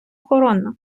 охорона